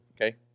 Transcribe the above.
okay